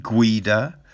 Guida